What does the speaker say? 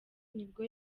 nibwo